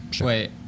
Wait